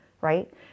Right